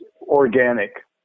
organic